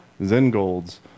Zengold's